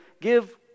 give